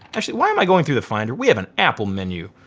actually why am i going through the finder. we have an apple menu.